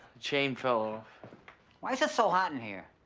chain fell off. why's it so hot in here?